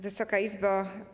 Wysoka Izbo!